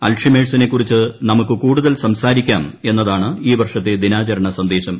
അൽഷിമേഴ്സിനെ കുറിച്ച് നമുക്ക് കൂടുതൽ സംസാരിക്കാം എന്നതാണ് ഈ വർഷത്തെ ദിനാചരണ സന്ദേശം